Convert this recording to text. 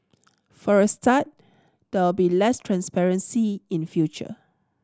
for a start there will be less transparency in future